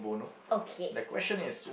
okay